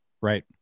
Right